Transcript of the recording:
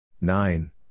Nine